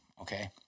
okay